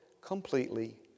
completely